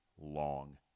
long